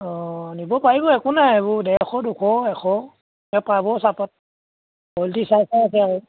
অঁ নিব পাৰিব একো নাই এইবোৰ ডেৰশ দুশ এশ এই পাব চাহপাত কুৱালিটি চাই চাই আছে আৰু